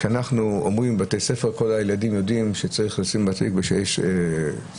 כשאנחנו אומרים שבבתי הספר כל הילדים צריכים לשים מסכה התקנה